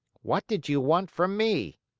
what did you want from me?